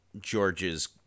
George's